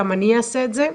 גם אני אעשה את זה,